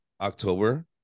October